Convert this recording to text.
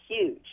huge